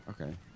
okay